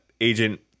agent